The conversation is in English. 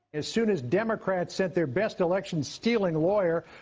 as soon as democrats sent their best election stealing lawyer,